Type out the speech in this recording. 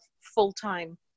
full-time